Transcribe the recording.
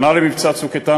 שנה למבצע "צוק איתן",